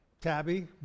Tabby